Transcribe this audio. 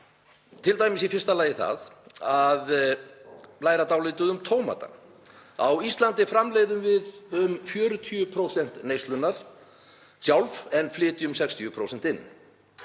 við notað þessa sögu til að læra dálítið um tómata. Á Íslandi framleiðum við um 40% neyslunnar sjálf en flytjum 60% inn.